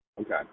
okay